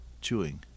chewing